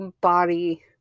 body